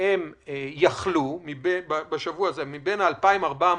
שיחלו בשבוע הזה מתוך 2,400,